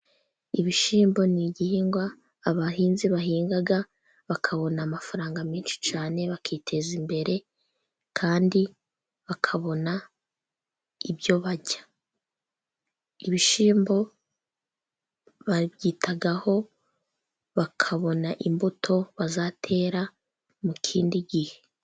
Ibishyimbo ni igihingwa abahinzi bahinga, bakabona amafaranga menshi cyane bakiteza imbere, kandi bakabona ibyo barya. Ibishyimbo babyitaho bakabona imbuto bazatera mu kindi gihe.